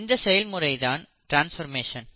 இந்த செயல்முறை தான் டிரான்ஸ்பர்மேஷன்